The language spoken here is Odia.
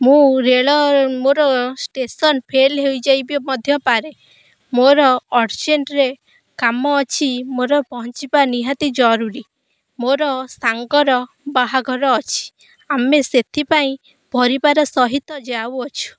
ମୁଁ ରେଳ ମୋର ଷ୍ଟେସନ ଫେଲ୍ ହୋଇଯାଇ ବି ମଧ୍ୟ ପାରେ ମୋର ଅର୍ଜେଣ୍ଟରେ କାମ ଅଛି ମୋର ପହଞ୍ଚିବା ନିହାତି ଜରୁରୀ ମୋର ସାଙ୍ଗର ବାହାଘର ଅଛି ଆମେ ସେଥିପାଇଁ ପରିବାର ସହିତ ଯାଉଅଛୁ